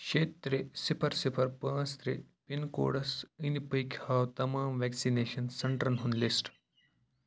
شےٚ ترٛےٚ صِفر صِفر پانٛژھ ترٛےٚ پِن کوڈس أنٛدۍ پٔکۍ ہاو تمام ویکِنیٚشن سینٹرن ہُنٛد لِسٹ